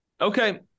Okay